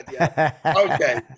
okay